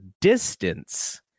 distance